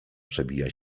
przebija